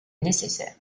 nécessaire